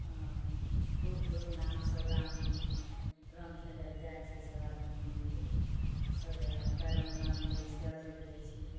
खूब धूमधामसँ ओकरामे रङ्ग खेलल जाइ छै सभ आदमी मिलिके सभीके पैरमे रङ्ग दैछियै अबीर दैछियै